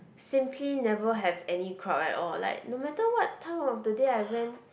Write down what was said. simply never have any crowd at all like no matter what time of the day I went